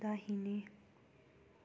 दाहिने